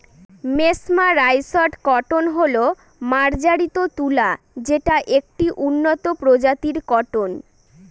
mesmerised cotton হল মার্জারিত তুলা যেটা একটি উন্নত প্রজাতির কটন